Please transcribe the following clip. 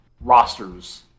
rosters